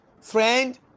friend